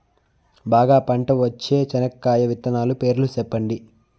బాగా పంట వచ్చే చెనక్కాయ విత్తనాలు పేర్లు సెప్పండి?